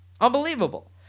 Unbelievable